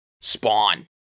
Spawn